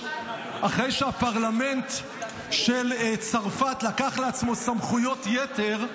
אחרי שהפרלמנט של צרפת לקח לעצמו סמכויות יתר,